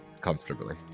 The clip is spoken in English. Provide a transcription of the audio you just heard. comfortably